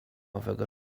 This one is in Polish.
owego